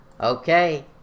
Okay